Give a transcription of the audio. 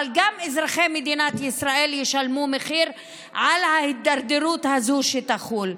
אבל גם אזרחי מדינת ישראל ישלמו מחיר על ההידרדרות הזאת שתחול.